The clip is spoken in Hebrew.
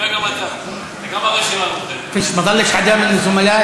(אומר דברים בערבית: אף אחד לא נשאר מהעמיתים,